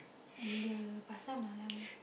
and the pasar malam